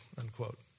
unquote